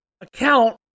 account